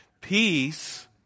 Peace